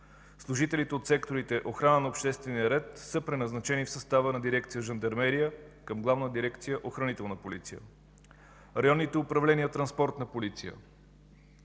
Служителите от секторите „Охрана на обществения ред” са преназначени в състава на дирекция „Жандармерия” към Главна дирекция „Охранителна полиция”. Районните управления „Транспортна полиция”